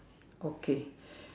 okay